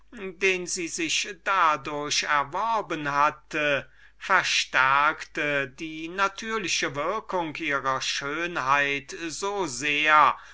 worein sie sich dadurch gesetzt hatte verstärkte die bemeldte natürliche würkung ihrer schönheit so sehr